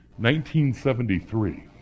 1973